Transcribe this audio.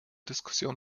diskussion